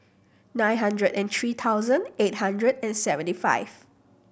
nine hundred and three thousand eight hundred and seventy five